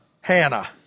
Hannah